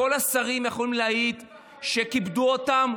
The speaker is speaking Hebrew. כל השרים יכולים להעיד שכיבדו אותם,